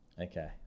Okay